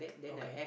okay